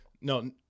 no